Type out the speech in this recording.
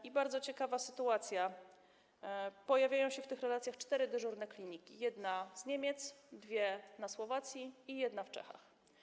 I bardzo ciekawa sytuacja: pojawiają się w tych relacjach cztery dyżurne kliniki - jedna w Niemczech, dwie na Słowacji i jedna w Czechach.